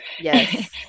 Yes